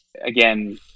again